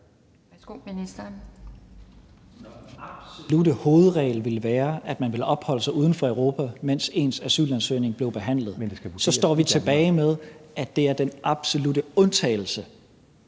vil være den absolutte undtagelse,